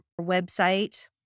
website